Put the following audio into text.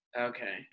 Okay